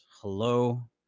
hello